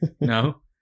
no